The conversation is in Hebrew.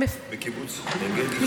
בקיבוץ עין גדי, חולית.